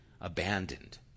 abandoned